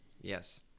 Yes